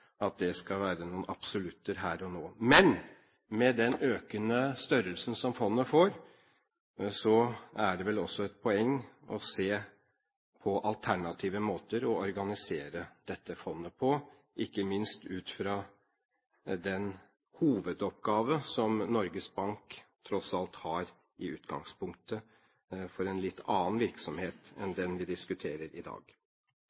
at det skal være noen absolutter her og nå. Men med den økende størrelsen som fondet får, er det vel også et poeng å se på alternative måter å organisere fondet på, ikke minst ut fra den hovedoppgave som Norges Bank tross alt har i utgangspunktet for en litt annen virksomhet enn den vi diskuterer i dag.